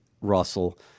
Russell